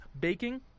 baking